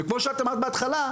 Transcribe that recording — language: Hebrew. וכמו שאת אמרת בהתחלה,